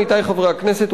עמיתי חברי הכנסת,